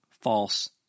false